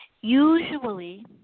usually